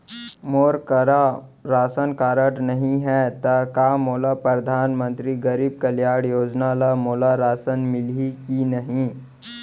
मोर करा ration card नहीं है त का मोल परधानमंतरी गरीब कल्याण योजना ल मोला राशन मिलही कि नहीं?